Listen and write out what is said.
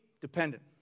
dependent